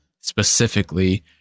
specifically